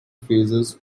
phases